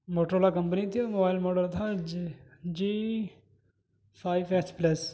Motorola company تھی اور mobile model تھا جی فائیو ایس پلس